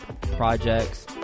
projects